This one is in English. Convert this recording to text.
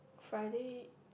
Friday